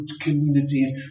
communities